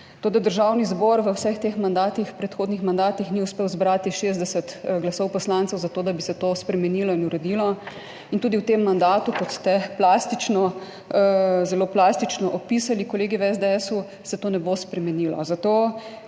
Toda Državni zbor v vseh teh mandatih, predhodnih mandatih ni uspel zbrati 60 glasov poslancev za to, da bi se to spremenilo in uredilo. In tudi v tem mandatu, kot ste plastično zelo plastično opisali kolegi v SDS, se to ne bo spremenilo.